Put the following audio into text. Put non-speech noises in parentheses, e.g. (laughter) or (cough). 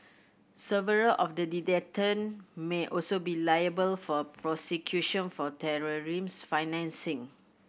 several of the (unintelligible) may also be liable for prosecution for (unintelligible) financing